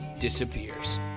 disappears